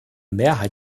mehrheit